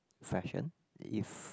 fashion if